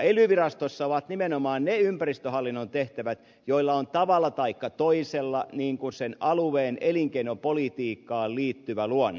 ely virastossa ovat nimenomaan ne ympäristöhallinnon tehtävät joilla on tavalla taikka toisella sen alueen elinkeinopolitiikkaan liittyvä luonne